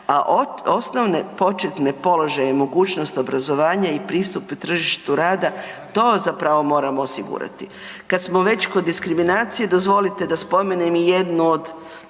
a osnovne početne položaje i mogućnost obrazovanja i pristup tržištu rada, to zapravo moramo osigurati. Kad smo već kod diskriminacije, dozvolite da spomenem i jednu od